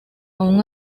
aun